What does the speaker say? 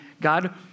God